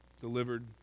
delivered